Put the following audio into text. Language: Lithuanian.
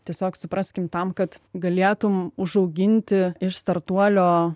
tiesiog supraskim tam kad galėtum užauginti iš startuolio